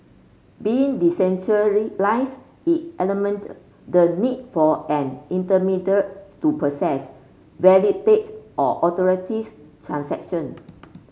being it eliminate the need for an intermediary to process validate or authorities transaction